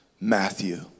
Matthew